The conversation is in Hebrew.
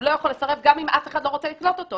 הוא לא יכול לסרב גם אם אף אחד לא רוצה לקלוט אותו.